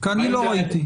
כי אני לא ראיתי.